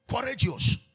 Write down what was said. Courageous